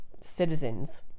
citizens